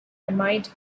amide